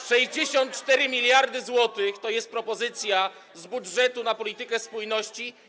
64 mld zł to jest propozycja z budżetu na politykę spójności.